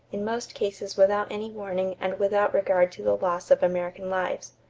in most cases without any warning and without regard to the loss of american lives.